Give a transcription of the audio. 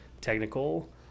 technical